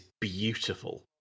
beautiful